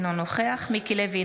אינו נוכח מיקי לוי,